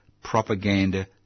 propaganda